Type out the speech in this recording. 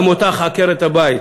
גם אותך, עקרת-הבית,